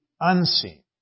unseen